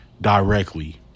directly